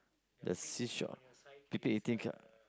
the seashore people eating